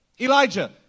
Elijah